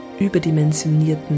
überdimensionierten